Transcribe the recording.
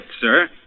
sir